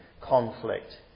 conflict